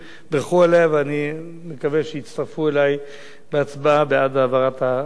ואני מקווה שיצטרפו אלי בהצבעה בעד העברת ההצעה הזאת בקריאה ראשונה.